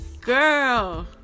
girl